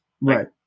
Right